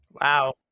Wow